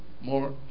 more